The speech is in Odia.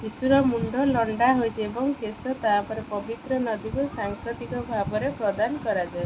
ଶିଶୁର ମୁଣ୍ଡ ଲଣ୍ଡା ହେଇଛି ଏବଂ କେଶ ତା'ପରେ ପବିତ୍ର ନଦୀକୁ ସାଙ୍କେତିକ ଭାବରେ ପ୍ରଦାନ କରାଯାଏ